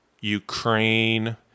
Ukraine